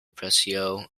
precio